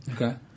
Okay